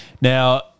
Now